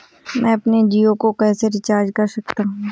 मैं अपने जियो को कैसे रिचार्ज कर सकता हूँ?